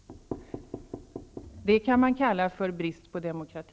Det kan man kalla för brist på demokrati.